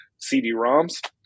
CD-ROMs